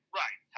right